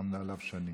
שנלחמנו עליו שנים.